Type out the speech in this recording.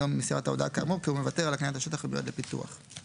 אז דיברנו על לוחות הזמנים